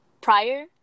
prior